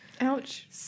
Ouch